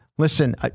Listen